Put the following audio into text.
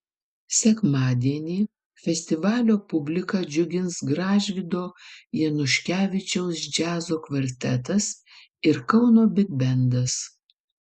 sekmadienį festivalio publiką džiugins gražvydo januškevičiaus džiazo kvartetas ir kauno bigbendas